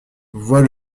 voit